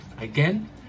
Again